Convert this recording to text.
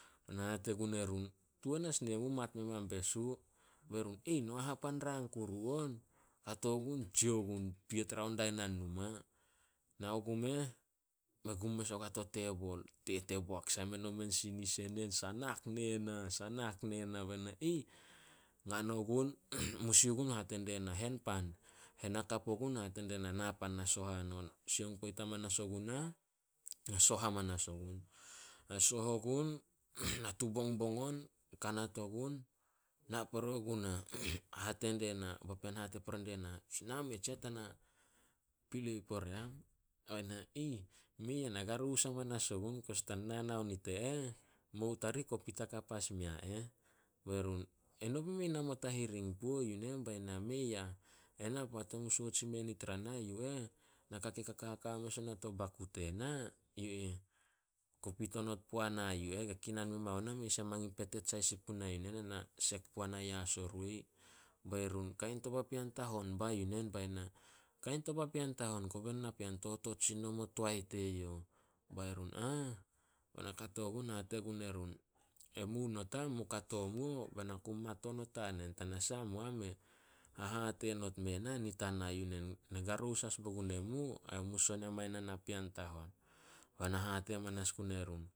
Be na hate gun erun, "Tuan as ne mu mat memain besu." Be run "No hahapan rang kuru on." Kato gun tsia gun piet raon dai na numa. Nao gumeh me gum mes ogua to tebol. Tete boak sai meno sinis enen, sanak ne na- sanak ne na. ngan ogun musi ogun hate die na, "Hen pan." Hen hakap ogun hate die na, "Na pan na soh hanon pan." Sioung poit hamanas ogunah na soh hamanas ogun. Na soh ogun, natu bongbong on kanat ogun, na pore gunah. papean hate pore die na, "Nameh tsiah tana pilei pore am." "Mei ah, na garous hamanas ogun, ta na nao nit e eh, mou tarih kopit hakap as mea eh." Be run, "Eno be mei a namot hahiring puo yu nen." Bai na, "Mei ah, ena, poat emu sout sin mue nit ta nah yu eh, naka ke kaka mes ona to baku tena, yu ih, kopit onot puana yu eh. Youh ke kinan memao na mei sai a petet sai sin puna yu nen ana sek puana yas o roi." Bai run, "Kain to papean tahon ba yu nen." Bai na, "Kain to papean tahon koba napean totot sin nomo toae teyouh." Bai run. Bai na kato gun hate gun erun, "Emu not am, mu kato muo bai na ku mat onot a nen. Tanasah, mu am me hahate not mue na, nit ta na yu nen. Ne garous as bo gun emu, ai mu son ya mai na napean tahon." Ba na hate amanas gun erun